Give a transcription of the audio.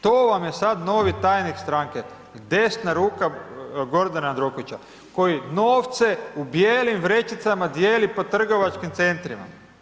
To vam je sad novi tajnik stranke, desna ruka Gordana Jandrokovića, koji novce u bijelim vrećicama dijeli po trgovačkim centrima.